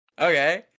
okay